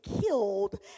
killed